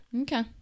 Okay